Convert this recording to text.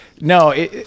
No